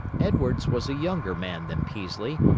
edwards was a younger man than peaslee,